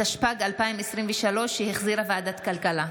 התשפ"ג 2023, שהחזירה ועדת הכלכלה.